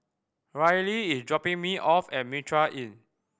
Rylie is dropping me off at Mitraa Inn